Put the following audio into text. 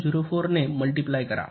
०4 ने मल्टिप्लाय करा